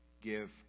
give